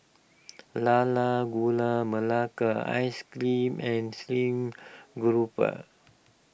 Lala Gula Melaka Ice Cream and Stream Grouper